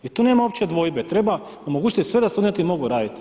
I tu nema uopće dvojbe, treba omogućiti sve da studenti mogu raditi.